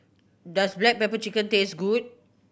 does black pepper chicken taste good